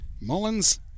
Mullins